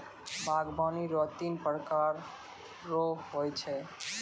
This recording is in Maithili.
बागवानी रो तीन प्रकार रो हो छै